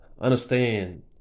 understand